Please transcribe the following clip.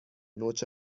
نوچه